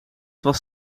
was